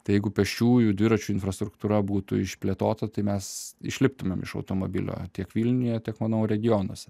tai jeigu pėsčiųjų dviračių infrastruktūra būtų išplėtota tai mes išliptumėm iš automobilio tiek vilniuje tiek manau regionuose